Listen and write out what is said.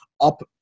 up